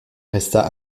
resta